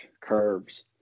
curves